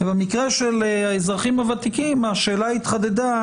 במקרה של האזרחים הוותיקים, השאלה התחדדה